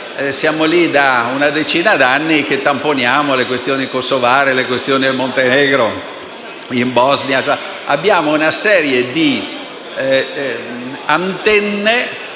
siamo lì da una decina d'anni a tamponare le questioni kosovare, quelle del Montenegro in Bosnia. Abbiamo cioè una serie di antenne